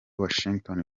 washington